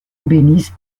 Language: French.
ébéniste